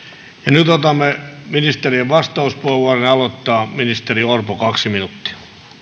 nyt otamme ministerien vastauspuheenvuorot ja ne aloittaa ministeri orpo kaksi minuuttia